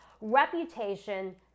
Reputation